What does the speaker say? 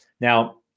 Now